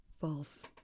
False